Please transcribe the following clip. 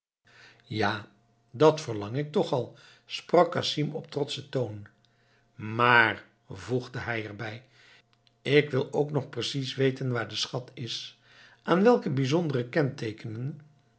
ja dat verlang ik toch al sprak casim op trotschen toon maar voegde hij er bij ik wil ook nog precies weten waar de schat is aan welke bijzondere